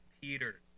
Peter